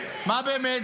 מה באמת?